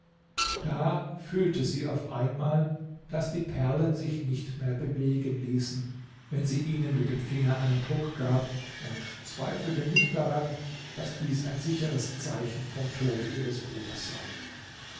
da fühlte sie auf einmal daß die perlen sich nicht mehr bewegen ließen wenn sie ihnen mit dem finger einen druck gab und zweifelte nicht daran daß dies ein sicheres zeichen vom tode ihres bruders sei